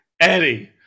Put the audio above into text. Eddie